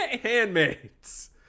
handmaids